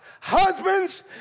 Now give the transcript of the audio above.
husbands